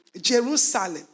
Jerusalem